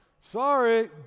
sorry